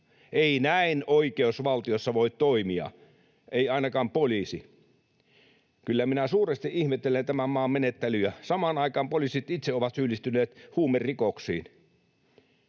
Ei näin oikeusvaltiossa voi toimia. Ei ainakaan poliisi. Kyllä minä suuresti ihmettelen tämän maan menettelyä. Samaan aikaan poliisit itse ovat syyllistyneet huumerikoksiin.